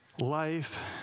life